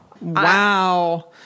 Wow